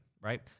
right